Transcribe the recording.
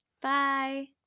Bye